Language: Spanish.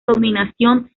dominación